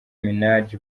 minaj